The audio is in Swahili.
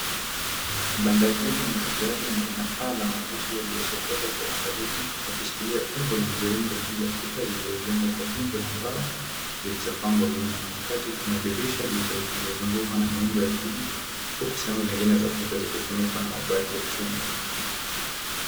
Banda hili ni la jadi na lina paa ya makuti yaliyosokotwa kwa uangalifu yakishikilia umbo la mviringo juu za kuta zilizojengwa kwa fimbo za mbao zilizopangwa wima. Katikati kuna dirisha lililozungukwa na miundo ya kuni huku sehemu zingine za kuta zikizungukwa na mabati ya chuma.